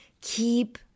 Keep